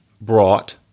brought